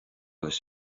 leis